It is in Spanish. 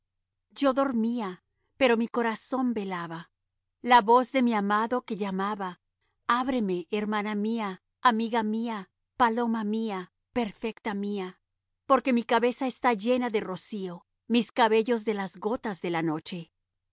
yo dormía pero mi corazón velaba la voz de mi amado que llamaba abreme hermana mía amiga mía paloma mía perfecta mía porque mi cabeza está llena de rocío mis cabellos de las gotas de la noche